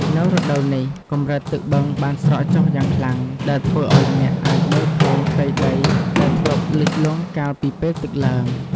នៅរដូវនេះ កម្រិតទឹកបឹងបានស្រកចុះយ៉ាងខ្លាំង ដែលធ្វើឲ្យអ្នកអាចមើលឃើញផ្ទៃដីដែលធ្លាប់លិចលង់កាលពីពេលទឹកឡើង។